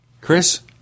Chris